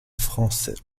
français